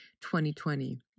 2020